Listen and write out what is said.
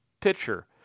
pitcher